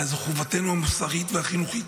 אלא זו חובתנו המוסרית והחינוכית.